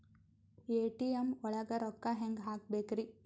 ATM ಒಳಗ್ ರೊಕ್ಕ ಹೆಂಗ್ ಹ್ಹಾಕ್ಬೇಕ್ರಿ?